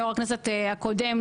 יושב-ראש הכנסת הקודם,